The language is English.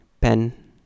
Pen